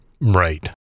Right